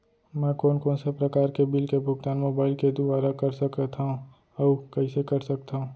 मैं कोन कोन से प्रकार के बिल के भुगतान मोबाईल के दुवारा कर सकथव अऊ कइसे कर सकथव?